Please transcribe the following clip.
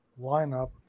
lineup